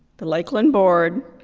the lakeland board,